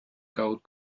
gold